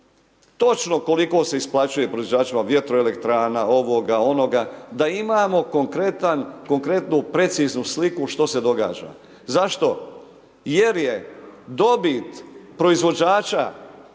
točno koliko se isplaćuje proizvođačima vjetroelektrana, ovoga, onoga, da imamo konkretan, konkretnu preciznu sliku što se događa. Zašto? Jer je dobit proizvođača